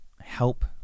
help